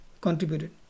contributed